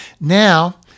Now